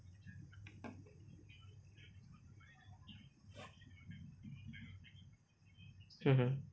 mmhmm